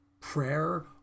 prayer